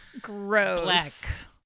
gross